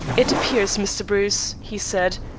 it appears, mr. bruce, he said,